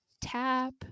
tap